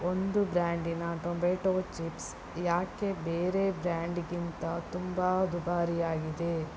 ಒಂದು ಬ್ರ್ಯಾಂಡಿನ tomato chips ಯಾಕೆ ಬೇರೆ ಬ್ರ್ಯಾಂಡ್ಗಿಂತ ತುಂಬ ದುಬಾರಿಯಾಗಿದೆ